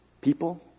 People